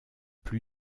plus